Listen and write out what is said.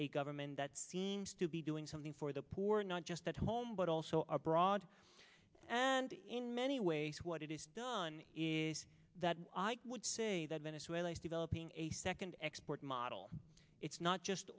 a government that seems to be doing something for the poor not just at home but also our broad and in many ways what it is done is that i would say that venezuela is developing a second export model it's not just